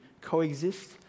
coexist